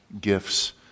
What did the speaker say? gifts